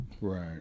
Right